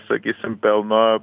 sakysim pelno